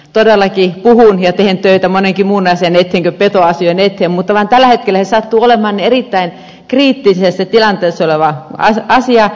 todellakin puhun ja teen töitä monenkin muun asian eteen kuin petoasioiden eteen mutta tällä hetkellä se vaan sattuu olemaan erittäin kriittisessä tilanteessa oleva asia